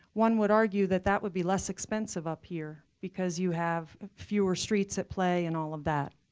one would argue that that would be less expensive up here because you have fewer streets at play and all of that.